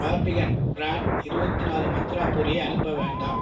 Barbican brand இருவத்தி நாலு மந்த்ரா பொரியை அனுப்ப வேண்டாம்